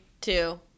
two